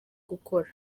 gukora